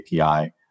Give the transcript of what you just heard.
API